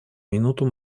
минуту